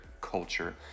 culture